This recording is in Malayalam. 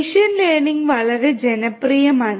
മെഷീൻ ലേണിംഗ് വളരെ ജനപ്രിയമാണ്